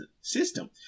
system